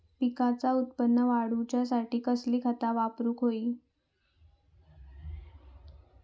पिकाचा उत्पन वाढवूच्यासाठी कसली खता वापरूक होई?